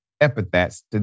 epithets